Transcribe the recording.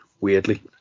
weirdly